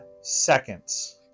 seconds